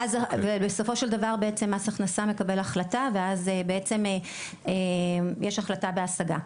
ובסופו של דבר בעצם מס הכנסה מקבל החלטה ויש החלטה בהשגה.